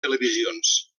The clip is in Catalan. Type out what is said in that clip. televisions